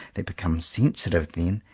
they become sensitive then,